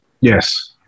yes